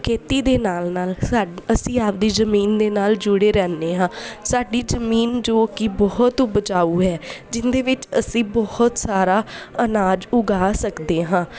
ਖੇਤੀ ਦੇ ਨਾਲ ਨਾਲ ਸਾਡੀ ਅਸੀਂ ਆਪਦੀ ਜ਼ਮੀਨ ਦੇ ਨਾਲ ਜੁੜੇ ਰਹਿੰਦੇ ਹਾਂ ਸਾਡੀ ਜ਼ਮੀਨ ਜੋ ਕਿ ਬਹੁਤ ਉਪਜਾਊ ਹੈ ਜਿਹਦੇ ਵਿੱਚ ਅਸੀਂ ਬਹੁਤ ਸਾਰਾ ਅਨਾਜ ਉਗਾ ਸਕਦੇ ਹਾਂ